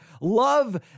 love